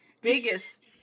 biggest